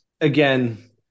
again